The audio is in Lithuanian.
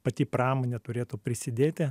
pati pramonė turėtų prisidėti